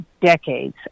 decades